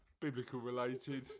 biblical-related